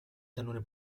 cannone